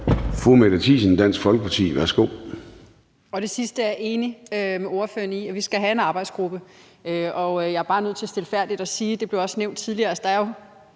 Mette Thiesen (DF): Det sidste er jeg enig med ordføreren i. Vi skal have en arbejdsgruppe. Jeg er bare nødt til stilfærdigt at sige – og det blev også nævnt tidligere – at der jo